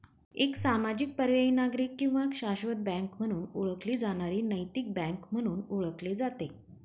एक सामाजिक पर्यायी नागरिक किंवा शाश्वत बँक म्हणून ओळखली जाणारी नैतिक बँक म्हणून ओळखले जाते